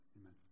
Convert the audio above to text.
amen